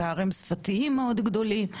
פערים שפתיים מאוד גדולים,